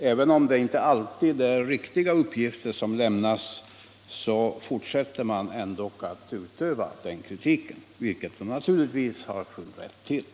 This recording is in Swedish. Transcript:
Även om de uppgifter som lämnas inte alltid är riktiga fortsätter tidningen ändå att utreda den kritiken, vilket den naturligtvis har full rätt till.